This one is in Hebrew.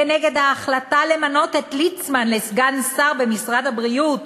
נגד ההחלטה למנות את ליצמן לסגן שר במשרד הבריאות,